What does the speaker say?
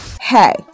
Hey